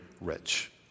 rich